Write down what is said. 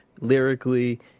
lyrically